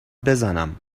بزنماینا